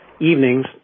evenings